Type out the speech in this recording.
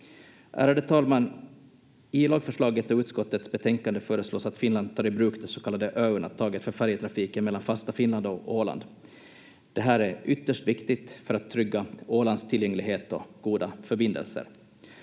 Ärade talman! I lagförslaget och utskottets betänkande föreslås att Finland tar i bruk det så kallade ö-undantaget för färjetrafiken mellan fasta Finland och Åland. Det här är ytterst viktigt för att trygga Ålands tillgänglighet och goda förbindelser.